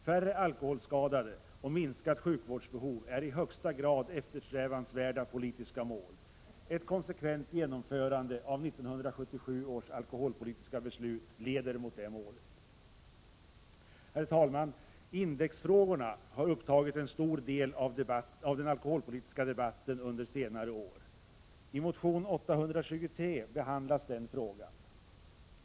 Färre alkoholskadade och minskat sjukvårdsbehov är i högsta grad eftersträvansvärda politiska mål. Ett konsekvent genomförande av 1977 års alkoholpolitiska beslut leder mot det målet. Herr talman! Indexfrågorna har upptagit en stor del av den alkoholpolitiska debatten under senare år. I motion Sk823 behandlas den frågan.